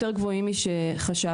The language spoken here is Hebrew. יותר גבוהים משחשבנו.